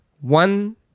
one